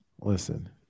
listen